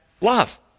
love